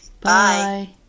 Bye